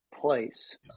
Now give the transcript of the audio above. place